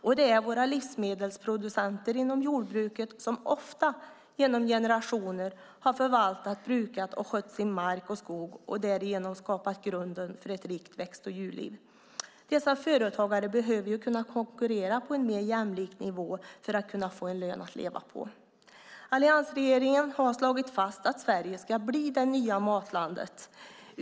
Och det är våra livsmedelsproducenter inom jordbruket som ofta genom generationer har förvaltat, brukat och skött sin mark och skog och därigenom skapat grunden för ett rikt växt och djurliv. Dessa företagare behöver kunna konkurrera på en mer jämlik nivå för att kunna få en lön att leva på. Alliansregeringen har slagit fast att Sverige ska bli det nya matlandet.